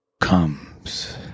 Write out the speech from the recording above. comes